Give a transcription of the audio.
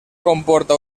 comporta